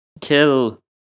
Kill